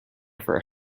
for